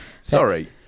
Sorry